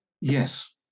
Yes